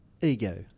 ego